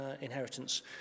inheritance